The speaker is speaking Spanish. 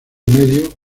medio